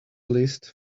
list